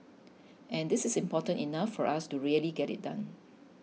and this is important enough for us to really get it done